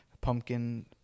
Pumpkin